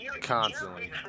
constantly